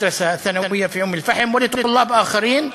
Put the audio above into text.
תלמידי בית-ספר התיכון באום-אלפחם ותלמידים אחרים: